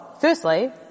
firstly